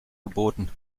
geboten